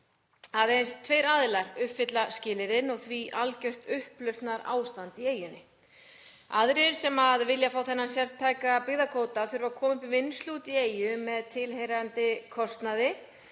Aðeins tveir aðilar uppfylla skilyrðin og því ríkir algjört upplausnarástand í eyjunni. Aðrir sem vilja fá þennan sértæka byggðakvóta þurfa að koma upp vinnslu úti í eyjum með tilheyrandi kostnaði,